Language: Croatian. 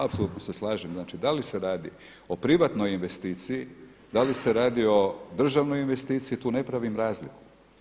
Apsolutno se slažem, znači da li se radi o privatnoj investiciji, da li se radi o držanoj investiciji, tu ne pravim razliku.